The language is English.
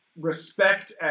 respect